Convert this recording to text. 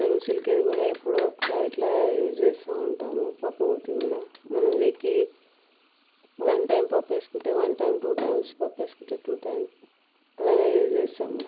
పెరుగు చిలికేది కూడా ఎప్పుడో ఒకసారి ఇట్లా యూజ్ చేస్తూ ఉంటాము పప్పుగుత్తి కూడా మనం వీక్లీ వన్ టైం పప్పు చేసుకుంటే వన్ టైం టు టైమ్స్ పప్పు చేసుకుంటే టు టైం అలానే యూజ్ చేస్తాము